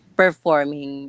performing